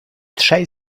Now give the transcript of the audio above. trzej